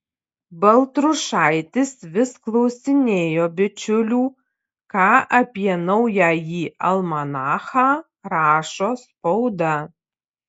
baltrušaitis vis klausinėjo bičiulių ką apie naująjį almanachą rašo spauda